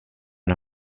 när